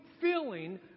feeling